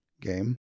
game